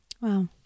Wow